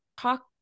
talk